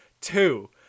Two